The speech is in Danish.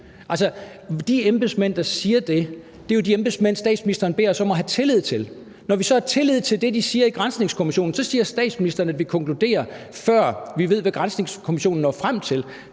de embedsmænd, der siger det, er de embedsmænd, som statsministeren beder os om at have tillid til. Når vi så har tillid til det, de siger i granskningskommissionen, så siger statsministeren, at vi konkluderer, før vi ved, hvad granskningskommissionen når frem til.